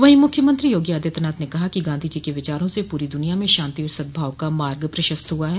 वहीं मुख्यमंत्री योगी आदित्यनाथ ने कहा कि गांधी जी के विचारों से पूरी दुनिया में शांति और सद्भाव का मार्ग प्रशस्त हुआ है